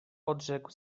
odrzekł